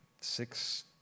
six